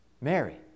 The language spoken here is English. Mary